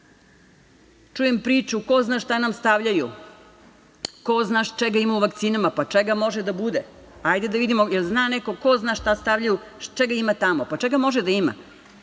svi. Čujem priču – ko zna šta nam stavljaju, ko zna čega ima u vakcinama. Pa čega može da bude? Hajde da vidimo, jel zna neko, ko zna šta stavljaju, čega ima tamo, pa čega može da ima?